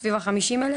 סביב ה-50,000?